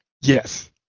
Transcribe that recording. Yes